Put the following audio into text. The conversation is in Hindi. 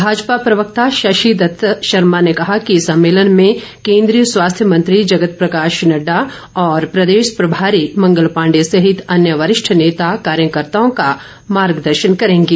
भाजपा प्रवक्ता शशि दत्त शर्मा ने कहा कि सम्मेलन में केन्द्रीय स्वास्थ्य मंत्री जगत प्रकाश नड्डा और प्रदेश प्रभारी मंगल पांडे सहित अन्य वरिष्ठ नेता कार्यकर्ताओं का मार्गदर्शन करेंगे